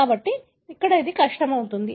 కాబట్టి అక్కడే అది కష్టం అవుతుంది